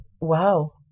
wow